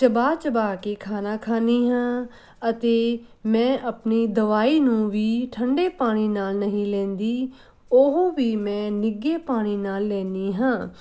ਚਬਾ ਚਬਾ ਕੇ ਖਾਣਾ ਖਾਂਦੀ ਹਾਂ ਅਤੇ ਮੈਂ ਆਪਣੀ ਦਵਾਈ ਨੂੰ ਵੀ ਠੰਡੇ ਪਾਣੀ ਨਾਲ ਨਹੀਂ ਲੈਂਦੀ ਉਹ ਵੀ ਮੈਂ ਨਿੱਘੇ ਪਾਣੀ ਨਾਲ ਲੈਂਦੀ ਹਾਂ